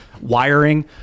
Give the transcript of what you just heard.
wiring